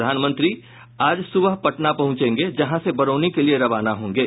प्रधानमंत्री आज सुबह पटना पहुंचेंगे जहां से बरौनी के लिये रवाना होंगे